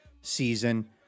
season